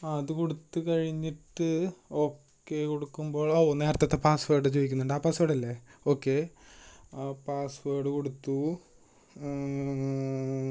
ആ അതുകൊടുത്തു കഴിഞ്ഞിട്ട് ഓക്കെ കൊടുക്കുമ്പോൾ ഓ നേരത്തത്തെ പാസ്വേഡ് ചോദിക്കുന്നുണ്ട് ആ പാസ്വേഡ് അല്ലെ ഓക്കെ ആ പാസ്വേഡ് കൊടുത്തു